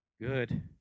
Good